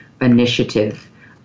initiative